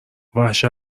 وحشت